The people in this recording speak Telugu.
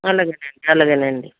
అలాగే నండి అలాగే నండి